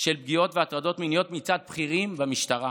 של פגיעות והטרדות מיניות מצד בכירים במשטרה